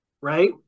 Right